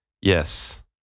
Yes